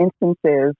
instances